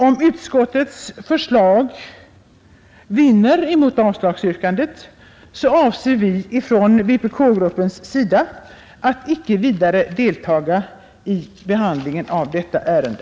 Om utskottets förslag vinner mot avslagsyrkandet, avser vi från vpk-gruppens sida att icke vidare delta i behandlingen av detta ärende.